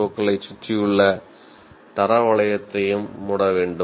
ஓக்களைச் சுற்றியுள்ள தர வளையத்தையும் மூட வேண்டும்